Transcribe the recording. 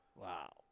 Wow